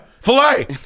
filet